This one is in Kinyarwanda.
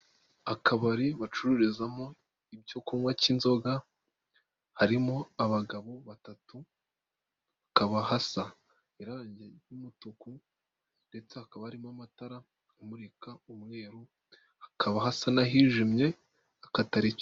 Akabari bacururizamo ibyo kunywa cy'inzoga harimo abagabo batatu, hakaba hasa irange ry'umutuku ndetse hakaba harimo amatara amurika umweru, hakaba hasa n'ahijimye ariko atari cyane.